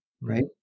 right